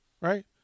right